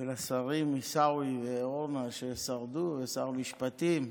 ולשרים עיסאווי ואורנה, ששרדו, לשר המשפטים.